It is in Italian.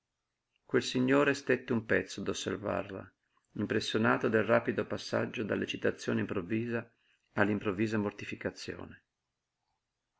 quel signore stette un pezzo ad osservarla impressionato del rapido passaggio dall'eccitazione improvvisa all'improvvisa mortificazione